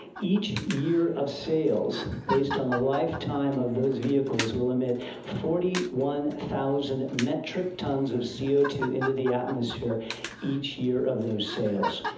each year of sales, based on the lifetime of those vehicles, will emit forty one thousand metric tons of c zero ah two into the atmosphere each year of those sales.